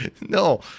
no